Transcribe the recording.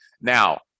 Now